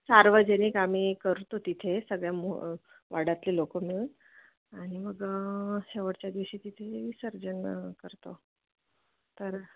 सार्वजनिक आम्ही करतो तिथे सगळ्या मु वाड्यातले लोक मिळून आणि मग शेवटच्या दिवशी तिथे विसर्जन करतो तर